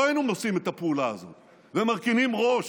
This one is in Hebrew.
היינו עושים את הפעולה הזאת ומרכינים ראש,